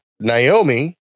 Naomi